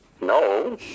No